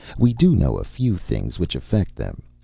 we do know a few things which affect them,